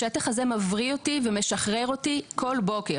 השטח הזה מבריא אותי ומשחרר אותי כל בוקר".